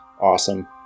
awesome